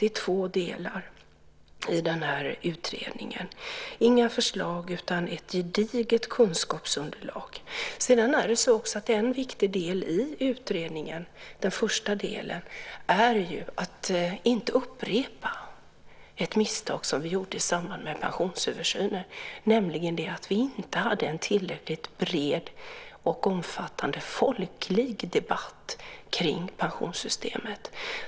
Det är två delar i den här utredningen. Inga förslag utan ett gediget kunskapsunderlag. En viktig del i den första delen av utredningen är också att inte upprepa ett misstag som vi gjorde i samband med pensionsöversynen, nämligen att vi inte hade en tillräckligt bred och omfattande folklig debatt om pensionssystemet.